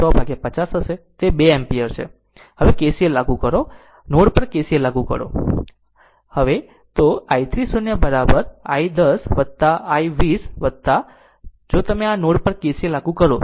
તેથી તે 100 ભાગ્યા 50 હશે તે 2 એમ્પીયર છે અને હવે જો તમે KCL લાગુ કરો છો જો તમે આ નોડ પર KCL લાગુ કરો છો જો તમે KCL લાગુ કરો છો તો i3 0 i10 i20 જો તમે આ નોડ પર KCL લાગુ કરો છો